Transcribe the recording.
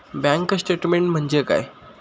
Bank statement म्हणजे काय?